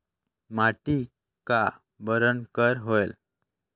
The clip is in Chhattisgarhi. माटी का बरन कर होयल?